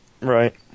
Right